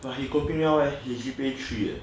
but he coping well leh he G_P_A three leh